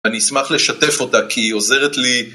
אני אשמח לשתף אותה כי היא עוזרת לי